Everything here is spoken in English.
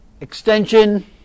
extension